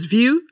View